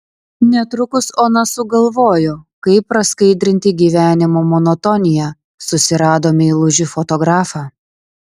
netrukus ona sugalvojo kaip praskaidrinti gyvenimo monotoniją susirado meilužį fotografą